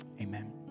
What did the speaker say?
amen